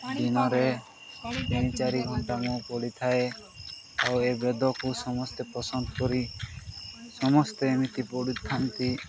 ଦିନରେ ତିନି ଚାରି ଘଣ୍ଟା ମୁଁ ପଢ଼ିଥାଏ ଆଉ ଏବେଦକୁ ସମସ୍ତେ ପସନ୍ଦ କରି ସମସ୍ତେ ଏମିତି ପଢ଼ିଥାନ୍ତି